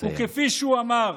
כפי שהוא אמר,